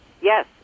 Yes